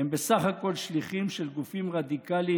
הם בסך הכול שליחים של גופים רדיקליים